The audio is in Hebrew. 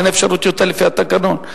אין אפשרות יותר לפי התקנון,